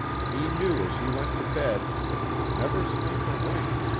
he knew as he went to bed that he would never sleep a wink,